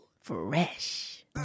Fresh